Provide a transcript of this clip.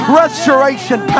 restoration